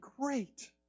great